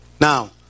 Now